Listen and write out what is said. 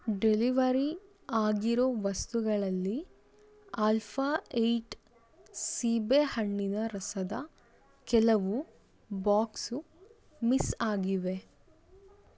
delivery ಆಗಿರೋ ವಸ್ತುಗಳಲ್ಲಿ alpha eight ಸೀಬೆಹಣ್ಣಿನ ರಸದ ಕೆಲವು ಬಾಕ್ಸು ಮಿಸ್ ಆಗಿವೆ